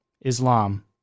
Islam